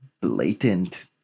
blatant